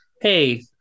Hey